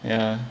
yeah